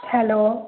hello